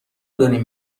دارین